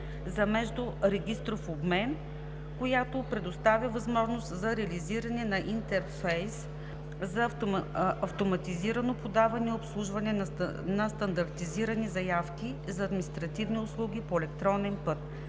за междурегистров обмен, която предоставя възможност за реализиране на интерфейс за автоматизирано подаване и обслужване на стандартизирани заявки за административни услуги по електронен път.